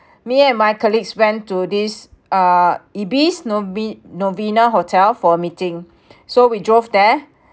me and my colleagues went to this uh ibis nove~ novena hotel for meeting so we drove there